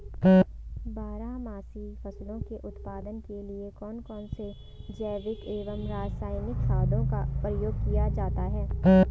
बारहमासी फसलों के उत्पादन के लिए कौन कौन से जैविक एवं रासायनिक खादों का प्रयोग किया जाता है?